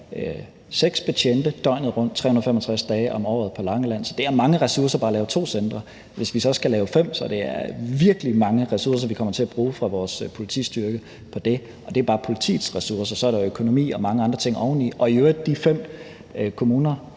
betjente døgnet rundt 365 dage om året på Langeland. Så det kræver mange ressourcer bare at lave to centre. Hvis vi så skal lave fem, så er det virkelig mange ressourcer, vi kommer til at bruge fra vores politistyrkes side på det. Og det er bare politiets ressourcer. Så er der økonomi og mange andre ting oveni. Og i øvrigt, hvad angår de fem kommuner